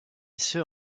ceux